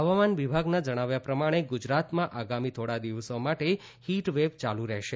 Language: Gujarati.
હવામાન વિભાગના જણાવ્યા પ્રમાણે ગુજરાતમાં આગામી થોડા દિવસો માટે હીટ વેવ ચાલુ રહેશે